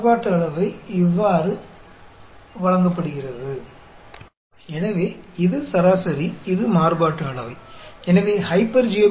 हम कई स्थितियों में कई समस्याओं में यहां तक कि जीव विज्ञान और गैर जैविक अध्ययन में भी आएंगे